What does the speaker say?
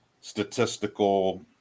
statistical